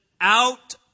out